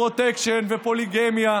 ופרוטקשן ופוליגמיה